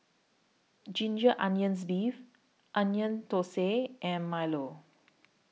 Ginger Onions Beef Onion Thosai and Milo